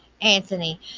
Anthony